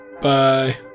bye